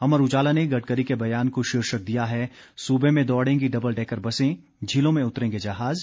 अमर उजाला ने गडकरी के बयान को शीर्षक दिया है सूबे में दौड़ेंगी डबल डेकर बसें झीलों में उतरेंगे जहाज़